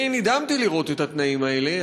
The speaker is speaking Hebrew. אני נדהמתי לראות את התנאים האלה.